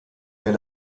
der